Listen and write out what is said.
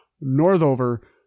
Northover